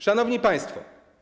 Szanowni Państwo!